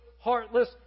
heartless